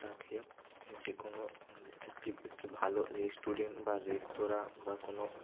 তাকে যে কোনো একটি একটি ভালো রেস্টুরেন্ট বা রেস্তোরাঁ বা কোনো